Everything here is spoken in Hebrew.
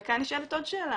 וכאן נשאלת עוד שאלה,